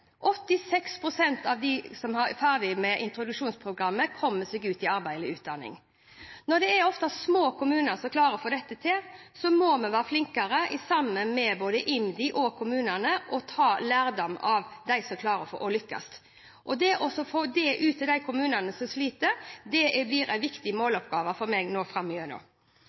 av dem som var ferdig med introduksjonsprogrammet, kom seg ut i arbeid eller utdanning. Når det ofte er små kommuner som klarer å få dette til, må vi være flinkere, sammen med både IMDi og kommunene, til å ta lærdom av de som klarer å lykkes. Det å få det ut til de kommunene som sliter, blir en viktig måloppgave for meg nå